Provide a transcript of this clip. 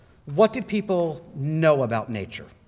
what did people know about nature?